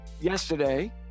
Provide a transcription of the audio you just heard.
yesterday